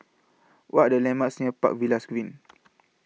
What Are The landmarks near Park Villas Green